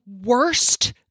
worst